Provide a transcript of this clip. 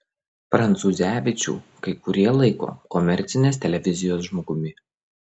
prancūzevičių kai kurie laiko komercinės televizijos žmogumi